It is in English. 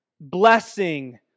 Blessing